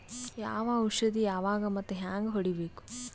ಯಾವ ಔಷದ ಯಾವಾಗ ಮತ್ ಹ್ಯಾಂಗ್ ಹೊಡಿಬೇಕು?